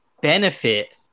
benefit